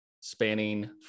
spanning